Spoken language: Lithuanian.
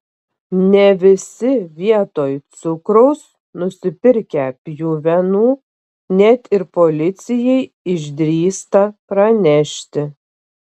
ne visi vietoj cukraus nusipirkę pjuvenų net ir policijai išdrįsta pranešti